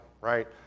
right